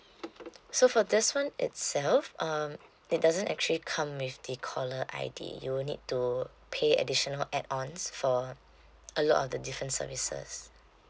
so for this [one] itself um it doesn't actually come with the caller I_D you will need to pay additional add ons for a lot of the different services